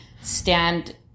stand